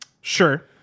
Sure